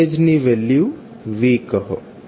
વોલ્ટેજની value v કહો